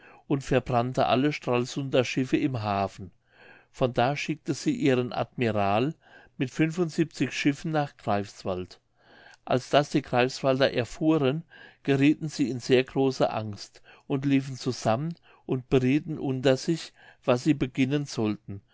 und verbrannte alle stralsunder schiffe im hafen von da schickte sie ihren admiral mit schiffen nach greifswald als das die greifswalder erfuhren geriethen sie in sehr große angst und liefen zusammen und beriethen unter sich was sie beginnen sollten